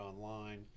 online